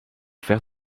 faire